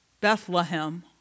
Bethlehem